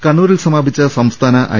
കണ്ണൂരിൽ സമാപിച്ച സംസ്ഥാന ഐ